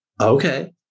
okay